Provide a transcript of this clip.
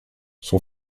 son